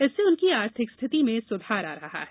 इससे उनकी आर्थिक स्थिति में सुधार आ रहा है